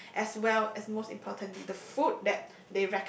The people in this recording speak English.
me as well as most importantly the food that